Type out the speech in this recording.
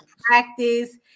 practice